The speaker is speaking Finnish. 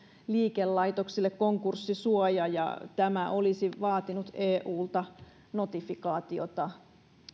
liikelaitoksille konkurssisuoja ja tämä olisi vaatinut eulta notifikaatiota